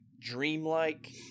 dreamlike